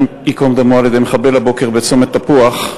על-ידי מחבל, הבוקר בצומת תפוח.